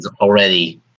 already